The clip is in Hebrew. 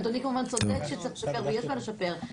אדוני כמובן צודק שצריך לשפר ויש מה לשפר,